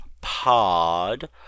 pod